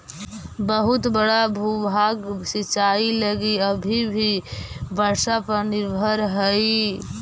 बहुत बड़ा भूभाग सिंचाई लगी अब भी वर्षा पर निर्भर हई